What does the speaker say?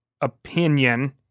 opinion